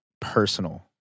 personal